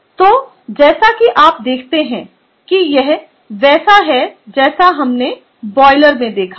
तो जैसा कि आप देख सकते हैं कि यह वैसा है जैसा हमने बॉयलर में देखा है